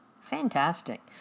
Fantastic